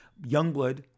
Youngblood